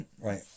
Right